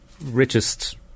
richest